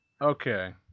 Okay